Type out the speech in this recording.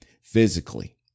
physically